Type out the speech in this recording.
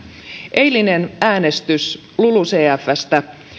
eilinen äänestys lulucfstä